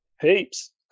Heaps